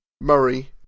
Murray